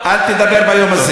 אל תדבר ביום הזה.